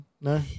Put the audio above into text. No